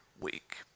week